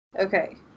Okay